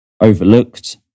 overlooked